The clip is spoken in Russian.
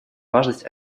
важность